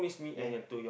ya